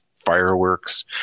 fireworks